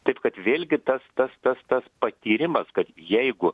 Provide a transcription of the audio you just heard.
taip kad vėlgi tas tas tas tas patyrimas kad jeigu